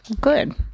good